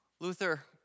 Luther